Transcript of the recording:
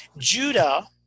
Judah